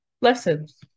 Lessons